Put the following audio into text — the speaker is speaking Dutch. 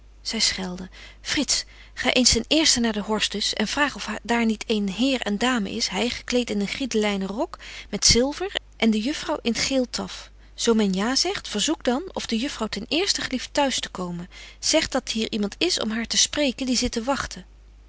frits ga eens ten eersten naar den hortus en vraag of daar niet een heer en dame is hy gekleet in een gridelyne rok met zilver en de juffrouw in t geel taf zo men ja zegt verzoek dan of de juffrouw ten eersten gelieft t'huis te komen zeg dat hier iemand is om haar te spreken die zit te wagten